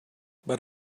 but